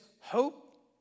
hope